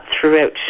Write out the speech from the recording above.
throughout